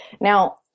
Now